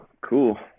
cool